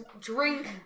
drink